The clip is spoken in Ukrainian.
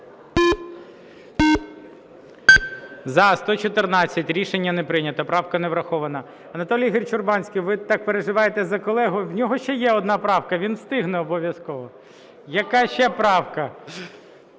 За-114 Рішення не прийнято. Правка не врахована. Анатолій Ігорович Урбанський, ви так переживаєте за колегу? В нього ще є одна правка, він встигне обов'язково. Яка ще правка?